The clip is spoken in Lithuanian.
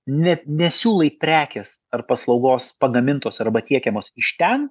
net nesiūlai prekės ar paslaugos pagamintos arba tiekiamos iš ten